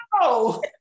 no